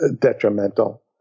detrimental